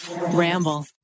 Ramble